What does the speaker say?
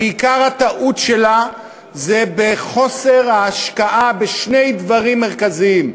ועיקר הטעות שלה זה בחוסר השקעה בשני דברים מרכזיים: